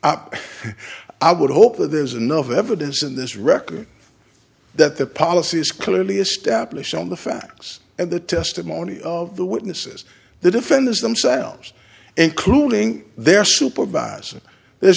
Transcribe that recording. up i would hope that there's enough evidence in this record that the policy is clearly established on the facts and the testimony of the witnesses the defendants themselves including their supervisor there